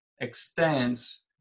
extends